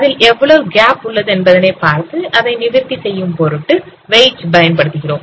அதில் எவ்வளவு கேப் உள்ளது என்பதை பார்த்து அதனை நிவர்த்தி செய்யும் பொருட்டு வெயிட் பயன்படுத்துகிறோம்